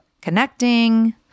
connecting